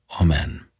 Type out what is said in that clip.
Amen